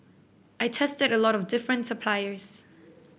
I tested a lot of different suppliers